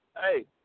Hey